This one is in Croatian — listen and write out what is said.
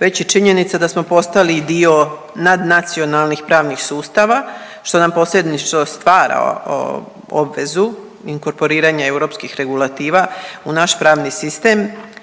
već i činjenica da smo postali dio nadnacionalnih pravnih sustava što nam posljedično stvara obvezu, inkorporiranje europskih regulativa u naš pravni sistem.